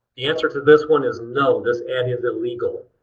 the answer to this one is no. this ad is illegal.